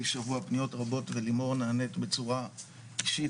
שבוע פניות רבות ולימור נענית בצורה אישית,